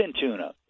tuna